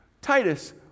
Titus